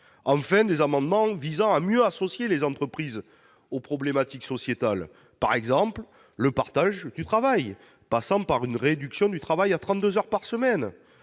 déposé des amendements visant à mieux associer les entreprises aux problématiques sociétales : par exemple, le partage du travail par une réduction de la durée du travail à 32 heures par semaine,